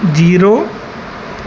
zero